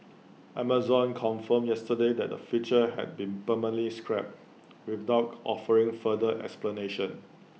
Amazon confirmed yesterday that the feature had been permanently scrapped without offering further explanation